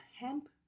hemp